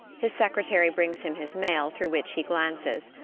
his secretary brings him his mail, through which he glances.